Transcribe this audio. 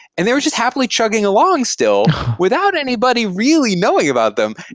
and they were just happily chugging along still without anybody really knowing about them,